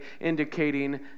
indicating